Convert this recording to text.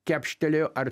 kepštelėjo ar